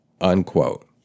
Unquote